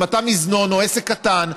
אם אתה מזנון או עסק קטן,